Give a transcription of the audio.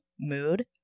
mood